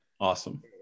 Awesome